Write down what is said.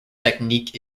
technique